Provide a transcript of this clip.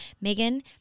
Megan